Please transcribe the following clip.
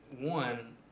one